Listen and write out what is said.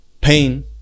pain